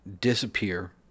disappear